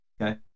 Okay